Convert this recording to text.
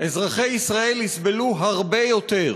אזרחי ישראל יסבלו הרבה יותר.